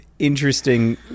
interesting